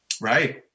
right